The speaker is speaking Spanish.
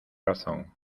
razón